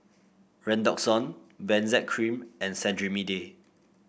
Redoxon Benzac Cream and Cetrimide